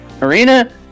Marina